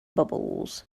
bubbles